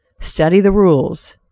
study the rules,